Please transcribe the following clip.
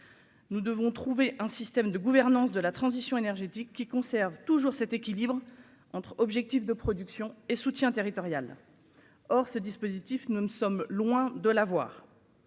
Nous devons trouver un système de gouvernance de la transition énergétique qui conserve toujours cet équilibre entre objectifs de production et soutient territoriale, or ce dispositif, nous ne sommes loin de la voir